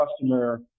customer